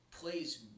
plays